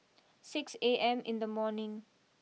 six A M in the morning